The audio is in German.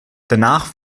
danach